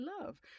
love